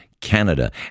Canada